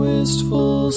Wistful